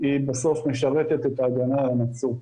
בסוף משרתת את ההגנה על המצוק.